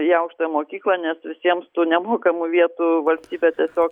į aukštąją mokyklą nes visiems tų nemokamų vietų valstybė tiesiog